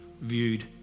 viewed